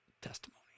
testimony